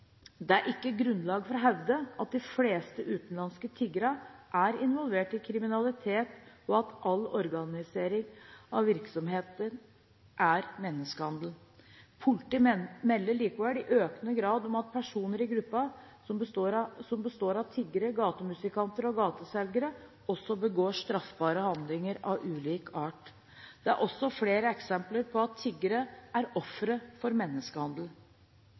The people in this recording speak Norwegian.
Det er ikke grunnlag for å hevde at de fleste utenlandske tiggerne er involvert i kriminalitet, og at all organisering av virksomheten er menneskehandel. Politiet melder likevel i økende grad om at personer i gruppen som består av tiggere, gatemusikanter og gateselgere, også begår straffbare handlinger av ulik art. Det er også flere eksempler på at tiggere er ofre for menneskehandel.